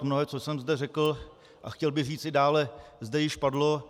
Mnohé, co jsem zde řekl a chtěl bych říct i dále, zde již padlo.